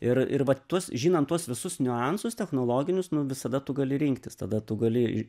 ir ir vat tuos žinant tuos visus niuansus technologinius nu visada tu gali rinktis tada tu gali